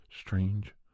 strange